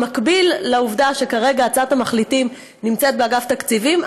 במקביל לעובדה שכרגע הצעת המחליטים נמצאת באגף תקציבים,